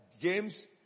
James